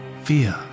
fear